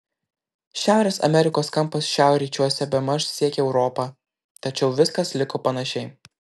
šiaurės amerikos kampas šiaurryčiuose bemaž siekė europą tačiau viskas liko panašiai